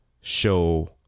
show